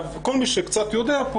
כל מי שקצת יודע,